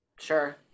Sure